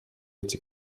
эти